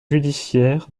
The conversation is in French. judiciaire